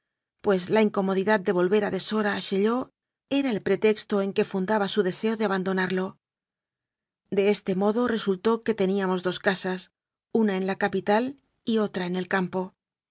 pues la incomodidad de volver a deshora a chaillot era el pretexto en que fundaba su deseo de abandonarlo de este modo resultó que teníamos dos casas una en la capital y otra en el campo